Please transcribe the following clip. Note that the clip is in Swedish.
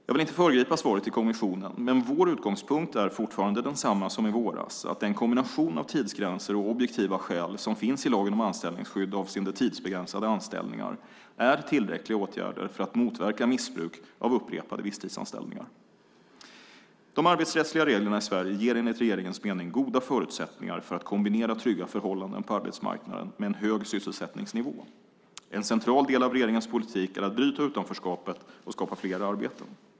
Jag vill inte föregripa svaret till kommissionen, men vår utgångspunkt är fortfarande densamma som i våras: att den kombination av tidsgränser och objektiva skäl som finns i lagen om anställningsskydd avseende tidsbegränsade anställningar är tillräckliga åtgärder för att motverka missbruk av upprepade visstidsanställningar. De arbetsrättsliga reglerna i Sverige ger enligt regeringens mening goda förutsättningar för att kombinera trygga förhållanden på arbetsmarknaden med en hög sysselsättningsnivå. En central del av regeringens politik är att bryta utanförskapet och skapa fler arbeten.